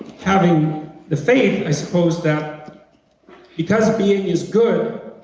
having the faith, i suppose, that because being is good,